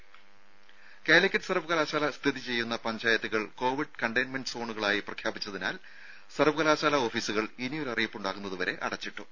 രുര കാലിക്കറ്റ് സർവ്വകലാശാല സ്ഥിതി ചെയ്യുന്ന പഞ്ചായത്തുകൾ കോവിഡ് കണ്ടെയിൻമെന്റ് സോണുകളായി പ്രഖ്യാപിച്ചതിനാൽ സർവ്വകലാശാലാ ഓഫീസുകൾ ഇനിയൊരു അറിയിപ്പുണ്ടാകുന്നതുവരെ അടച്ചിട്ടു